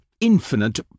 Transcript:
infinite